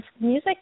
music